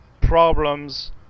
problems